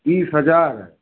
तीस हज़ार